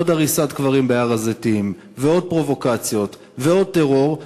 עוד הריסת קברים בהר-הזיתים ועוד פרובוקציות ועוד טרור,